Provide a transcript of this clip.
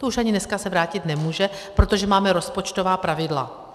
To už ani dneska se vrátit nemůže, protože máme rozpočtová pravidla.